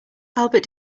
albert